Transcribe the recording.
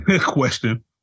question